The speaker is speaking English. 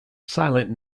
silent